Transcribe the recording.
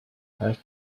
have